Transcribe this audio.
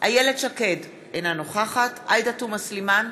איילת שקד, אינה נוכחת עאידה תומא סלימאן,